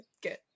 good